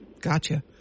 gotcha